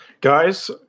guys